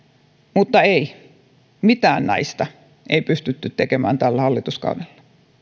mutta ei mitään näistä ei pystytty tekemään tällä hallituskaudella